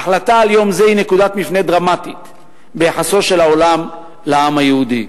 ההחלטה על יום זה היא נקודת מפנה דרמטית ביחסו של העולם לעם היהודי.